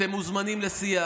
אתם מוזמנים לשיח,